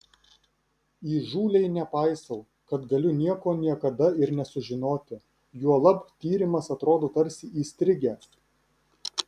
įžūliai nepaisau kad galiu nieko niekada ir nesužinoti juolab tyrimas atrodo tarsi įstrigęs